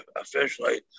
officially